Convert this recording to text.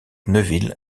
neville